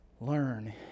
learn